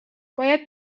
باید